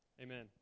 Amen